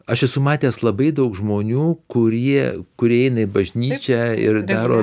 aš esu matęs labai daug žmonių kurie kurie eina į bažnyčią ir daro